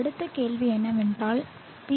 அடுத்த கேள்வி என்னவென்றால் பி